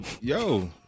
Yo